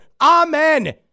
Amen